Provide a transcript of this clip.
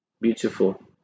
beautiful